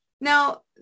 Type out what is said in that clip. Now